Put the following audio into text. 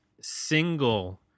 single